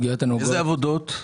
איזה עבודות?